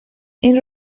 این